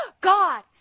God